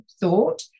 thought